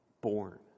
Born